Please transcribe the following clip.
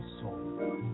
soul